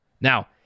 now